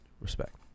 Respect